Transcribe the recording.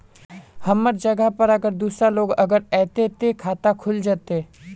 हमर जगह पर अगर दूसरा लोग अगर ऐते ते खाता खुल जते?